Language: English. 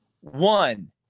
one